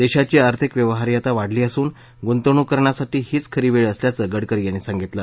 देशाची आर्थिक व्यवहार्यता वाढली असून गुंतवणूक करण्यासाठी हीच खरी वेळ असल्याचं गडकरी यांनी सांगितलं